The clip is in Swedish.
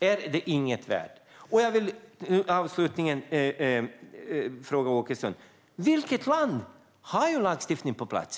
Är det inget värt? Vi anses ligga så mycket efter, men vilket land har lagstiftning på plats?